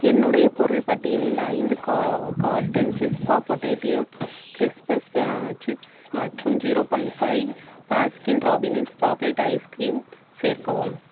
என்னுடைய பொருள் பட்டியலில் ஐந்து கா கார்ட்டன் சிஸ்பா பொட்டேட்டியோ க்ரிஸ்பஸ் சிப்ஸ் மற்றும் ஜீரோ பாயிண்ட் ஃபைவ் பாஸ்கின் ராபினின் சாக்லேட் ஐஸ்கிரீம் சேர்க்கவும்